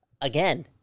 again